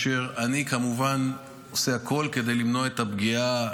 ואני כמובן עושה הכול כדי למנוע את הפגיעה,